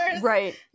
right